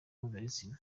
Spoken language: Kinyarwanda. mpuzabitsina